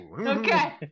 Okay